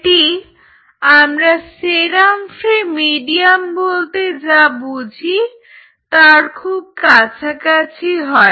এটি আমরা serum free medium বলতে যা বুঝি তার খুব কাছাকাছি হয়